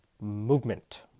Movement